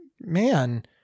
man